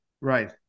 Right